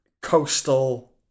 coastal